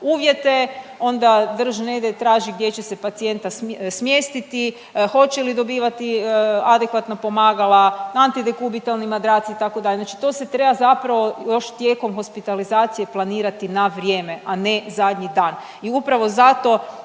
uvjete, onda drž ne daj traži gdje će se pacijenta smjestiti, hoće li dobivati adekvatna pomagala, antidekubitalni madrac itd., znači to se treba zapravo još tijekom hospitalizacije planirati na vrijeme, a ne zadnji dan i upravo zato